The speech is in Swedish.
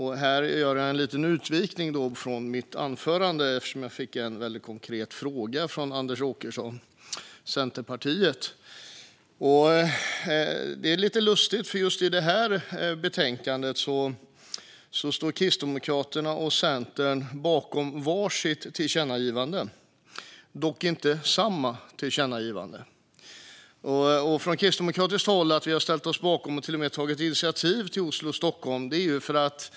Här gör jag en liten utvikning från mitt anförande, eftersom jag fick en väldigt konkret fråga från Anders Åkesson, Centerpartiet. Det är lite lustigt, för just i detta betänkande står Kristdemokraterna och Centern bakom var sitt tillkännagivande, dock inte samma tillkännagivande. Från kristdemokratiskt håll har vi har ställt oss bakom och till och med tagit initiativ till förslaget om tillkännagivande när det gäller Oslo-Stockholm.